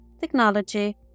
technology